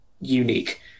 unique